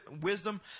wisdom